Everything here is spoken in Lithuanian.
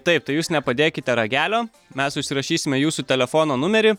taip tai jūs nepadėkite ragelio mes užsirašysime jūsų telefono numerį